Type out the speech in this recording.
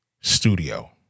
studio